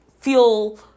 feel